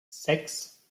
sechs